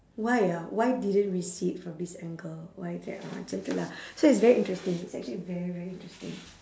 why ah why didn't we see it from this angle why is that ah it's okay lah so it's very interesting it's actually very very interesting